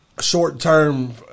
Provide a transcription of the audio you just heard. short-term